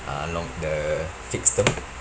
uh long the fixed term